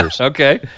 Okay